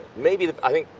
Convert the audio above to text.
maybe, i think,